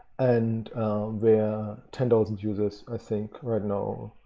and they're ten thousand users, i think right now.